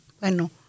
bueno